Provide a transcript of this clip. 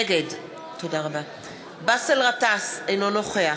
נגד באסל גטאס, אינו נוכח